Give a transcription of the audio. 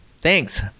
Thanks